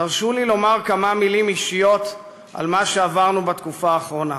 תרשו לי לומר כמה מילים אישיות על מה שעברנו בתקופה האחרונה.